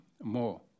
more